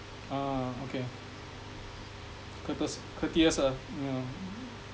ah okay courteous uh yeah